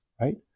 right